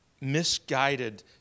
misguided